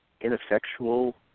ineffectual